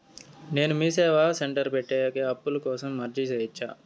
నేను MeeSeva net centre పెట్టేకి అప్పు కోసం అర్జీ సేయొచ్చా?